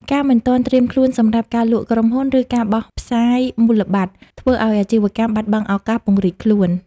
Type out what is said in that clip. ការមិនទាន់ត្រៀមខ្លួនសម្រាប់ "ការលក់ក្រុមហ៊ុន" ឬ "ការបោះផ្សាយមូលបត្រ" ធ្វើឱ្យអាជីវកម្មបាត់បង់ឱកាសពង្រីកខ្លួន។